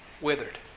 Withered